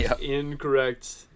Incorrect